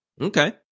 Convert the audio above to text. Okay